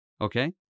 Okay